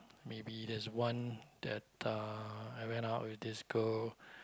maybe there's one that uh I went out with this girl